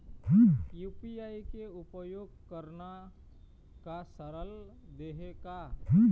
UPI के उपयोग करना का सरल देहें का?